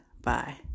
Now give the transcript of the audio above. bye